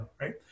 Right